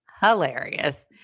hilarious